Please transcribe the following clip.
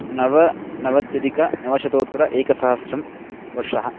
नवनवत्यधिकः नवशतोत्तरेकसहस्रवर्षः